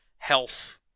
health